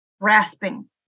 grasping